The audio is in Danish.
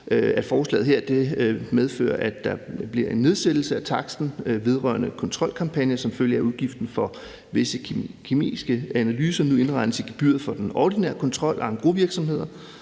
Lovforslaget her medfører, at der sker en nedsættelse af taksten vedrørende kontrolkampagner, som følge af at udgiften til visse kemiske analyser nu indregnes i gebyret for den ordinære kontrol af engrosvirksomheder,